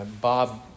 Bob